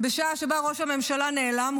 בשעה שבה ראש הממשלה נעלם,